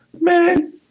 Man